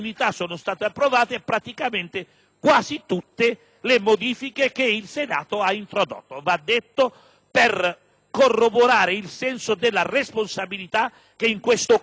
per corroborare il senso della responsabilità che in questo caso questo ramo del Parlamento ha mostrato - ribadisco - in maniera ineccepibile e molto responsabile.